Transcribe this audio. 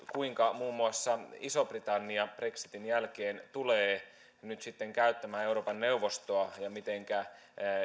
kuinka muun muassa iso britannia brexitin jälkeen tulee nyt sitten käyttämään euroopan neuvostoa ja mitenkä